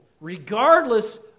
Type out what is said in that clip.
regardless